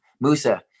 Musa